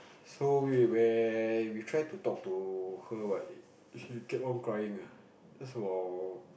so we when we try to talk to her what she kept on crying ah just about